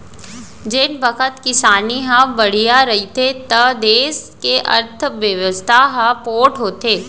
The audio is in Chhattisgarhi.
जेन बखत किसानी ह बड़िहा रहिथे त देस के अर्थबेवस्था ह पोठ होथे